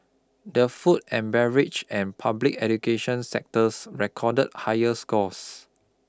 the food and beverage and public education sectors recorded higher scores